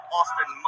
Austin